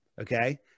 Okay